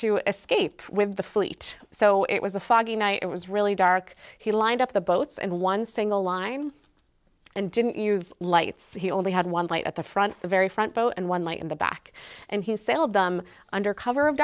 to escape with the fleet so it was a foggy night it was really dark he lined up the boats and one single line and didn't use lights he only had one light at the front the very front boat and one light in the back and he sailed them under cover of